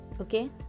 Okay